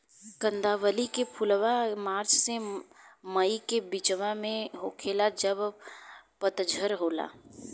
कंदावली के फुलवा मार्च से मई के बिचवा में होखेला जब पतझर होला